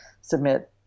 submit